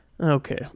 Okay